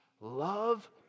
Love